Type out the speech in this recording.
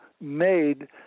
made